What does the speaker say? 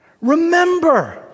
Remember